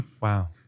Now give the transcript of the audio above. Wow